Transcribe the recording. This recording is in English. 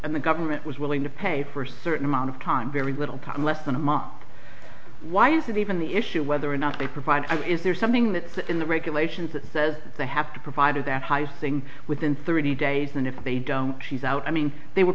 and the government was willing to pay for certain amount of time very little come less than a mum why is it even the issue of whether or not they provide is there something that's in the regulations that says they have to provide that high saying within thirty days and if they don't she's out i mean they were